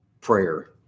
prayer